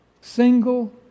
single